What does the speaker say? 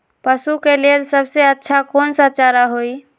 पशु के लेल सबसे अच्छा कौन सा चारा होई?